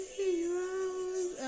heroes